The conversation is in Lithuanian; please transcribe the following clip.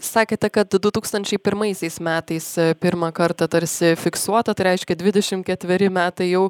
sakėte kad du tūkstančiai pirmaisiais metais pirmą kartą tarsi fiksuota tai reiškia dvidešim ketveri metai jau